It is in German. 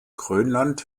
grönland